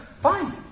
fine